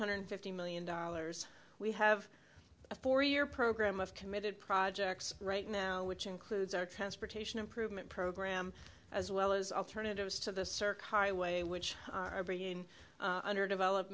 hundred fifty million dollars we have a four year program of committed projects right now which includes our transportation improvement program as well as alternatives to the sirkar away which are being under develop